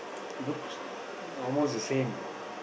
looks almost the same ah